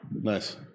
Nice